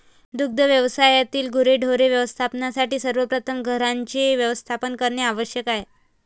दुग्ध व्यवसायातील गुरेढोरे व्यवस्थापनासाठी सर्वप्रथम घरांचे व्यवस्थापन करणे आवश्यक आहे